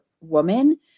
woman